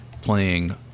playing